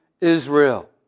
Israel